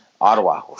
Ottawa